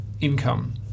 income